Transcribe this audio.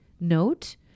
note